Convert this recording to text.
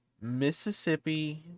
Mississippi